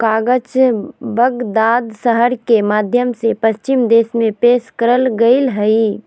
कागज बगदाद शहर के माध्यम से पश्चिम देश में पेश करल गेलय हइ